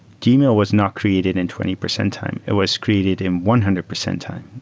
gmail was not created in twenty percent time. it was created in one hundred percent time.